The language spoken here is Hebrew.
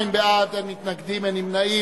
52 בעד, אין מתנגדים ואין נמנעים.